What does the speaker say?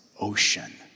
ocean